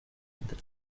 entre